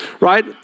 right